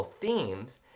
themes